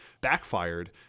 backfired